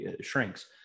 shrinks